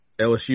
LSU